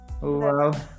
Wow